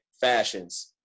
fashions